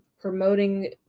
promoting